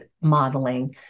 modeling